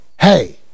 Hey